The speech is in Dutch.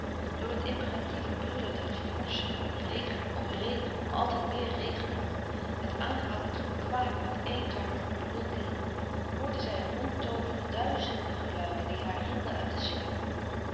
door het imperatieve brullen der vorschen om regen om regen om altijd meer regen nog het aanhoudend gekwaak met eéntonige brulkeel hoorde zij rondtooveren duizende geluiden die haar hielden uit den slaap